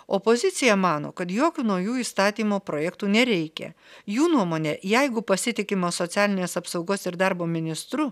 opozicija mano kad jokių naujų įstatymo projektų nereikia jų nuomone jeigu pasitikima socialinės apsaugos ir darbo ministru